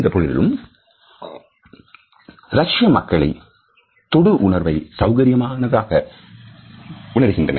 இருந்த பொழுதிலும் ரஷ்யமக்கள் தொடு உணர்வை சௌகரியமான தாக உணர்கின்றனர்